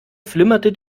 flimmerte